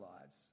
lives